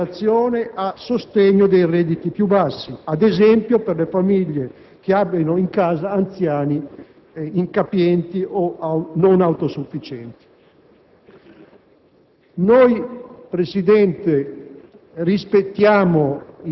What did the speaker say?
operazioni deve essere destinato nella stessa operazione a sostegno dei redditi più bassi, ad esempio per le famiglie che abbiano in casa anziani incapienti o non autosufficienti.